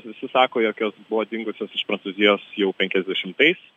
visi sako jog jos buvo dingusios iš prancūzijos jau penkiasdešimtais